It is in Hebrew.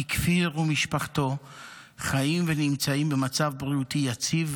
כפיר ומשפחתו חיים ונמצאים במצב בריאותי יציב,